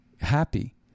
happy